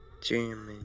Jamming